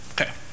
Okay